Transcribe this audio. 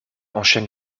enchaine